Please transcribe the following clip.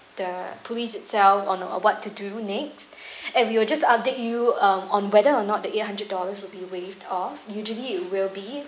the police itself on or what to do next and we will just update you um on whether or not the eight hundred dollars would be waived off usually it will be